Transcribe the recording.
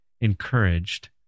encouraged